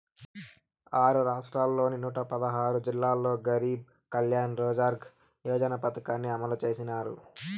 ఆరు రాష్ట్రాల్లోని నూట పదహారు జిల్లాల్లో గరీబ్ కళ్యాణ్ రోజ్గార్ యోజన పథకాన్ని అమలు చేసినారు